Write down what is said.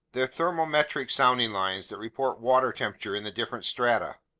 they're thermometric sounding lines that report water temperatures in the different strata.